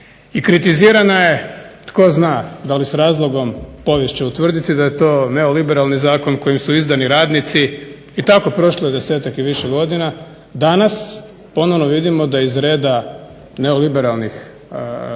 i kritizirana je, tko zna da li s razlogom. Povijest će utvrditi da je to neoliberalni zakon kojim su izdani radnici. I tako prošlo je desetak i više godina. Danas ponovno vidimo da iz reda neoliberalnih